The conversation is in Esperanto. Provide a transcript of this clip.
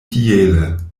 tiele